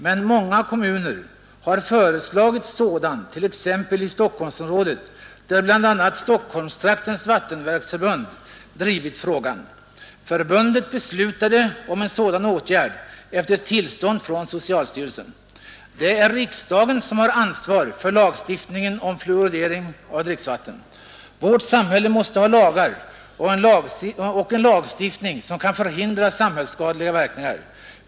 Men många kommuner har föreslagits sådan, t.ex. i Stockholmsområdet, där bl.a. Stockholmstraktens vattenverksförbund drivit frågan. Förbundet beslutade om en sådan åtgärd efter tillstånd från socialstyrelsen. Det är riksdagen som har ansvar för lagstiftningen om fluoridering av dricksvatten. Vårt samhälle måste ha lagar som kan förhindra samhällsskadliga verkningar.